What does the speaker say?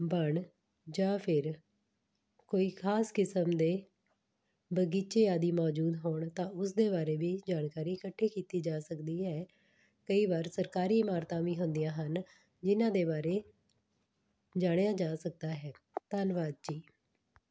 ਵਣ ਜਾਂ ਫਿਰ ਕੋਈ ਖਾਸ ਕਿਸਮ ਦੇ ਬਗੀਚੇ ਆਦਿ ਮੌਜੂਦ ਹੋਣ ਤਾਂ ਉਸਦੇ ਬਾਰੇ ਵੀ ਜਾਣਕਾਰੀ ਇਕੱਠੀ ਕੀਤੀ ਜਾ ਸਕਦੀ ਹੈ ਕਈ ਵਾਰ ਸਰਕਾਰੀ ਇਮਾਰਤਾਂ ਵੀ ਹੁੰਦੀਆਂ ਹਨ ਜਿਨ੍ਹਾਂ ਦੇ ਬਾਰੇ ਜਾਣਿਆ ਜਾ ਸਕਦਾ ਹੈ ਧੰਨਵਾਦ ਜੀ